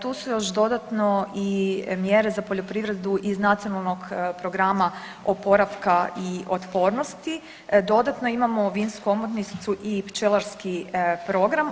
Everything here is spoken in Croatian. Tu su još dodatno i mjere za poljoprivredu iz Nacionalnog programa oporavka i otpornosti, dodatno imamo vinsku omotnicu i pčelarski program.